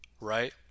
right